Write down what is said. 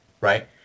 right